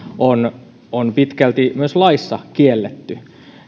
on on pitkälti myös laissa kielletty